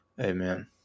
Amen